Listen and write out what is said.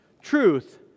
Truth